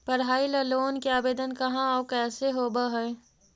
पढाई ल लोन के आवेदन कहा औ कैसे होब है?